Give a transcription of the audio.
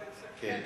כן.